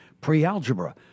pre-algebra